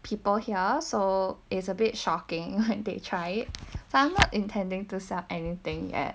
people here so it's a bit shocking when they try it so I'm not intending to sell anything yet